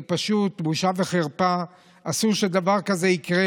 זה פשוט בושה וחרפה, אסור שדבר כזה יקרה.